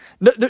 no